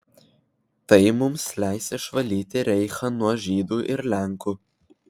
tai mums leis išvalyti reichą nuo žydų ir lenkų